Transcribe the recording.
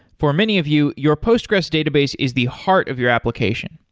for many of you, your postgres database is the heart of your application.